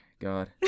God